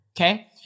okay